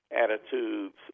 attitudes